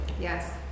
Yes